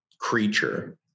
creature